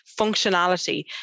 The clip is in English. functionality